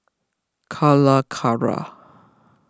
Calacara